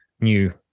new